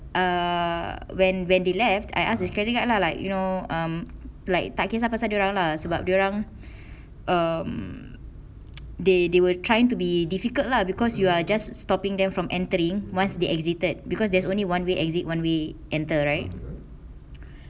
err when when they left I ask this security guard lah like you know um like tak kisah pasal dia orang lah sebab dia orang um they they were trying to be difficult lah because you are just stopping them from entering once they exited because there's only one way exit one way enter right